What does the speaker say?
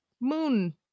moon